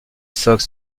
sox